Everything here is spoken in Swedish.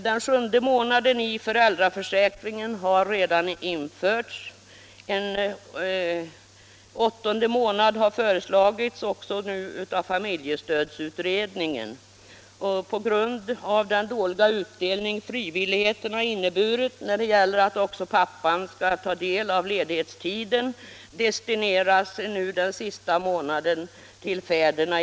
Den sjunde månaden i föräldraförsäkringen har redan införts. En åttonde månad har nu föreslagits också av familjestödsutredningen, och på grund av den dåliga utdelning frivilligheten har inneburit när det gäller att också pappan skall ta del av ledighetstiden destineras i det förslaget den sista månaden till fäderna.